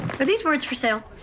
but these words for so